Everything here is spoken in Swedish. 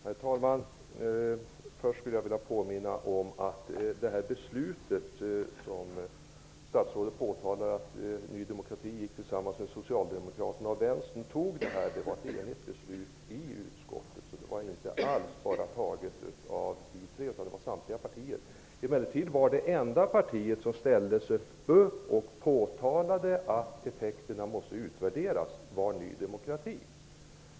Herr talman! Statsrådet sade att Ny demokrati gick ihop med socialdemokraterna och vänstern. Jag vill bara påminna om att det var ett enhälligt beslut i utskottet. Det var inte alls så att det bara var vi tre som gick tillsammans, utan det var samtliga partier som var eniga. Det enda parti som ställde sig upp och krävde att effekterna måste utvärderas var Ny demokrati.